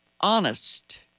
honest